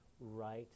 right